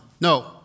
No